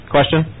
Question